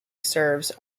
serves